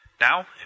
Now